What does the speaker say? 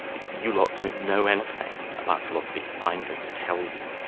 you lot don't know anything about philosophy, i'm going to tell you',